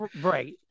Right